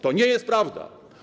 To nie jest prawda.